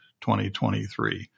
2023